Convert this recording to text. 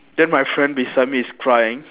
then my friend beside me is crying